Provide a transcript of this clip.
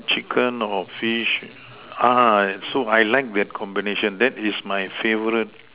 chicken or fish so I like that combination that is my favorite